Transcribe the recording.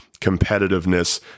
competitiveness